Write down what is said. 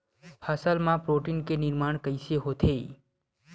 फसल मा प्रोटीन के निर्माण कइसे होथे?